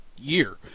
Year